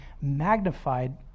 magnified